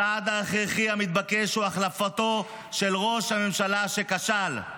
הצעד ההכרחי המתבקש הוא החלפתו של ראש הממשלה שכשל".